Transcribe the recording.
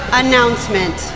announcement